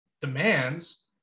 demands